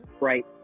right